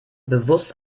bewusst